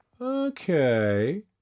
okay